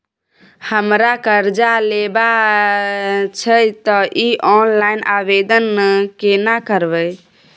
हमरा कर्ज लेबा छै त इ ऑनलाइन आवेदन केना करबै?